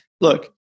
look